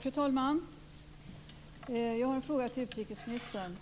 Fru talman! Jag har en fråga till utrikesministern.